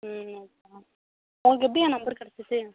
ம் ம் உனக்கு எப்படி என் நம்பர் கிடச்சிச்சி